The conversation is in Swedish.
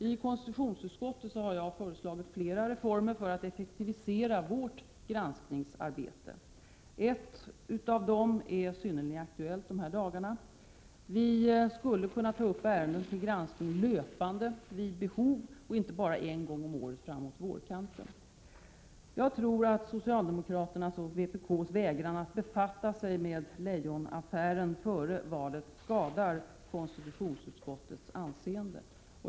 I konstitutionsutskottet har jag föreslagit flera reformer för att effektivisera vårt granskningsarbete. Ett av dem är synnerligen aktuellt i dessa dagar. Vi skulle kunna ta upp ärenden till granskning löpande vid behov, inte bara en gång om året framåt vårkanten. Jag tror att socialdemokraternas och vpk:s vägran att befatta sig med Leijonaffären före valet skadar KU:s anseende.